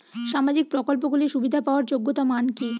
সামাজিক প্রকল্পগুলি সুবিধা পাওয়ার যোগ্যতা মান কি?